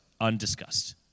undiscussed